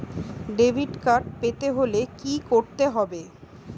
Debit card পেতে হলে কি করতে হবে?